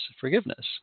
forgiveness